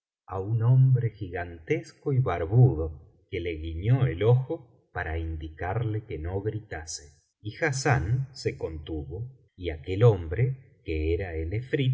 á un hombre gigantesco y barbudo que le guiñó el ojo para indicarle que no gritase y hassán se contuvo y aquel hombre que era el